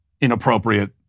inappropriate